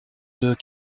deux